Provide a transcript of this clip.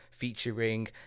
featuring